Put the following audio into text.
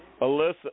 Alyssa